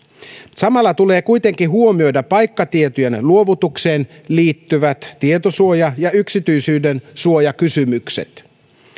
samalla tulee kuitenkin huomioida paikkatietojen luovutukseen liittyvät tietosuoja ja yksityisyydensuojakysymykset